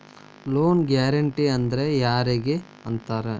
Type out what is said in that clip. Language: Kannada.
ಲೊನ್ ಗ್ಯಾರಂಟೇ ಅಂದ್ರ್ ಯಾರಿಗ್ ಅಂತಾರ?